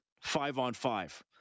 five-on-five